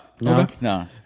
No